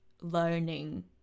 learning